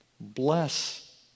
bless